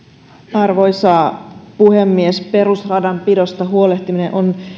arvoisa puhemies perusradanpidosta huolehtiminen on